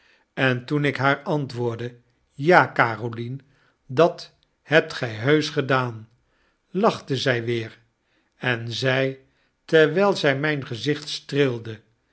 en toen ik haar antwoordde ja carolien dat hebt gy heusch gedaan lachtte zy weer en zei terwijl zy mijn gezicht